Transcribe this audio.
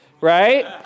right